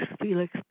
Felix